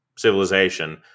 civilization